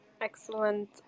excellent